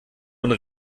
und